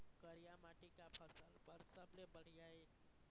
करिया माटी का फसल बर सबले बढ़िया ये?